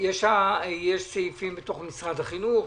היה בעיקר חבר הכנסת בצלאל סמוטריץ',